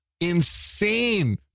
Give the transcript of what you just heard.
insane